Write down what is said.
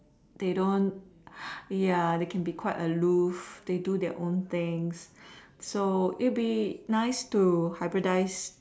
they don't ya they can be quite aloof they do their own things so it would be nice to hybridise